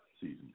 season